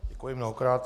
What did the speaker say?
Děkuji mnohokrát.